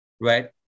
Right